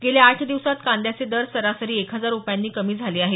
गेल्या आठ दिवसांत कांद्याचे दर सरासरी एक हजार रूपयांनी कमी झाले आहेत